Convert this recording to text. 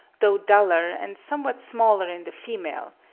though duller and somewhat smaller in the female,